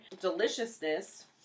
Deliciousness